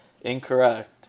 Incorrect